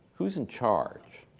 who's in charge?